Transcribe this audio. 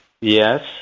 Yes